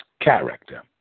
character